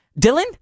Dylan